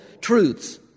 truths